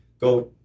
go